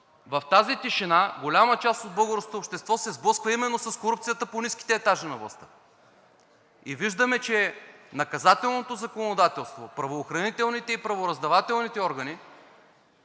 в тази тишина голяма част от българското общество се сблъсква именно с корупцията по ниските етажи на властта. Виждаме, че наказателното законодателство, правоохранителните и правораздавателните органи